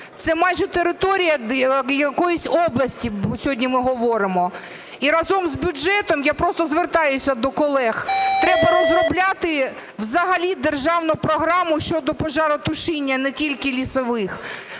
це майже територія якоїсь області, сьогодні ми говоримо. І разом з бюджетом, я просто звертаюся до колег, треба розробляти взагалі державну програму щодо пожаротушіння не тільки лісових.